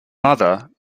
mother